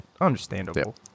understandable